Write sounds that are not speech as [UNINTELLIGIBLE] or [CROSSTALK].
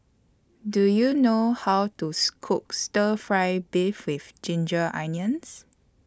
Do YOU know How to [UNINTELLIGIBLE] Cook Stir Fry Beef with Ginger Onions